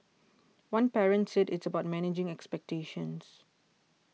one parent said it's about managing expectations